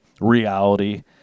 reality